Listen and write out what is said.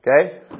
okay